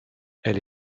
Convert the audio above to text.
elle